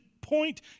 point